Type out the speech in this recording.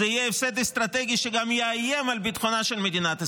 זה יהיה הפסד אסטרטגי שגם יאיים על ביטחונה של מדינת ישראל.